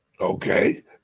Okay